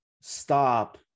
stop